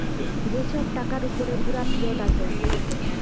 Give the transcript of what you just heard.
যে ছব টাকার উপরে পুরা ফিরত আসে